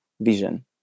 vision